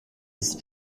ist